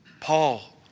Paul